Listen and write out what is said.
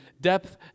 depth